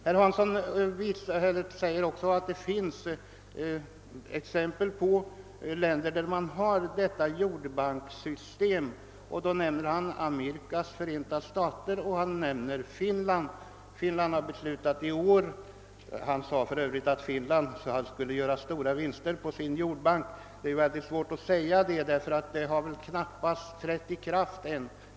Herr Hansson i Skegrie påpekar också att det finns länder som har jordbankssystem och nämner som exempel Nordamerikas förenta stater och Finland. Finland skulle för övrigt, enligt herr Hansson, göra stora vinster på sin jordbank. Det är emellertid mycket svårt att yttra sig om det, eftersom Finland har fattat beslut i ärendet i år och det knappast kan ha trätt i kraft ännu.